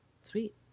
sweet